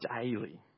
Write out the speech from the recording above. daily